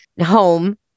home